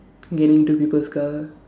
getting into people's car